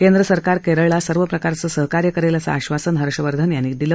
केंद्र सरकार केरळला सर्व प्रकारचं सहकार्य करेल असं आश्वासन हर्षवर्धन यांनी केलं